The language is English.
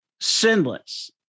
sinless